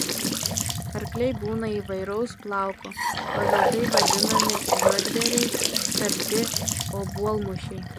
arkliai būna įvairaus plauko pagal tai vadinami juodbėriai sarti obuolmušiai